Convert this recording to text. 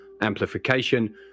amplification